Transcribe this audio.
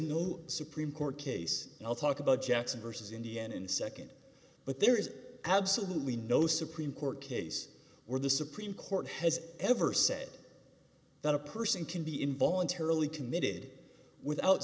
no supreme court case and i'll talk about jackson versus indiana in a nd but there is absolutely no supreme court case or the supreme court has ever said that a person can be involuntarily committed without